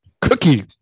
Cookie